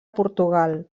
portugal